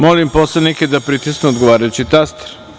Molim poslanike da pritisnu odgovarajući taster.